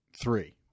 Three